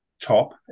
top